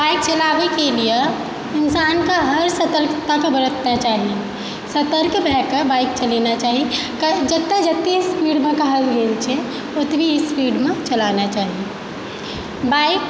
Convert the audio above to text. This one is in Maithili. बाइक चलाबैके लिए इन्सानके हर सतर्कताके बरतना चाही सतर्क भए कऽ बाइक चलेनाइ चाही जतऽ जते स्पीडमे कहल गेल छै ओतबी स्पीडमे चलाना चाही बाइक